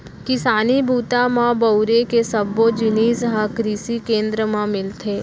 किसानी बूता म बउरे के सब्बो जिनिस ह कृसि केंद्र म मिलथे